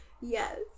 Yes